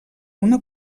una